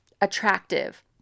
attractive